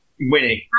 winning